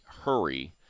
hurry